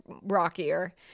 rockier